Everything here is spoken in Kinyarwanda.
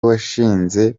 washinze